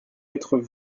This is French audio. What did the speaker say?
être